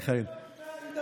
מיכאלי,